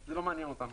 זה לא מעניין אותנו.